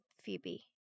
Phoebe